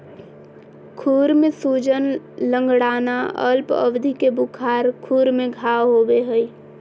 खुर में सूजन, लंगड़ाना, अल्प अवधि के बुखार, खुर में घाव होबे हइ